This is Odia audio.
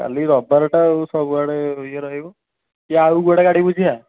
କାଲି ରବିବାରଟା ସବୁଆଡ଼େ ଇଏ ରହିବ କି ଆଉ ଗୋଟେ ଗାଡ଼ି ବୁଝିବା